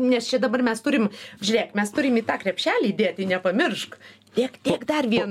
nes čia dabar mes turim žiūrėk mes turim į tą krepšelį įdėti nepamiršk dėk dėk dar vieną